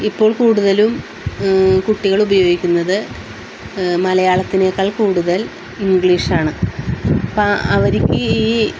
ഇപ്പോൾ കൂടുതലും കുട്ടികൾ ഉപയോഗിക്കുന്നത് മലയാളത്തിനേക്കാൾ കൂടുതൽ ഇംഗ്ലീഷാണ് അപ്പം അവർക്ക് ഈ